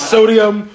Sodium